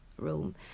room